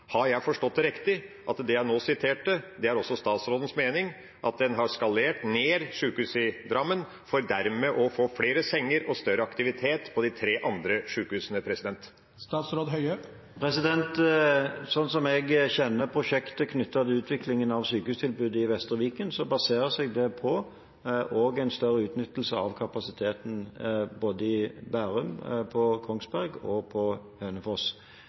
Har jeg forstått det riktig, at det jeg nå sa, også er statsrådens mening, at en har skalert ned sykehuset i Drammen for dermed å få flere senger og større aktivitet på de tre andre sykehusene? Slik jeg kjenner prosjektet knyttet til utviklingen av sykehustilbudet i Vestre Viken, baserer det seg også på en større utnyttelse av kapasiteten både i Bærum, på Kongsberg og på Hønefoss.